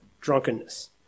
drunkenness